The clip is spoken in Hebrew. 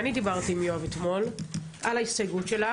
אני דיברתי עם יואב אתמול על ההסתייגות שלך,